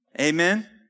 Amen